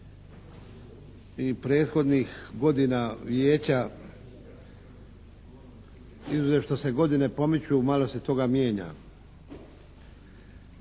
i prethodnih godina Vijeća izuzev što se godine pomiču malo se toga mijenja.